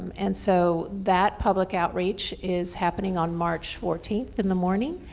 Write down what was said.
and so, that public outreach is happening on march fourteenth in the morning.